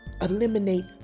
Eliminate